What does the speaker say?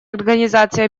организации